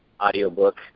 audiobook